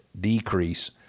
decrease